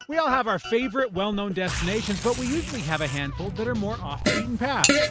we all have our favorite well-known destinations, but we usually have a handful that are more off the beaten path.